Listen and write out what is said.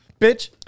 Bitch